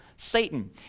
Satan